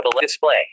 Display